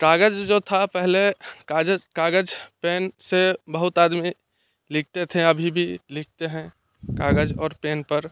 कागज जो था पहले कागज पेन से बहुत आदमी लिखते थे अभी भी लिखते हैं कागज और पेन पर